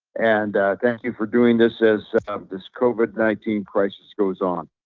and thank you for doing this as um this covid nineteen crisis goes on.